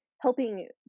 helping